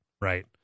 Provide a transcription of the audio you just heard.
Right